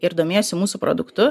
ir domėjosi mūsų produktu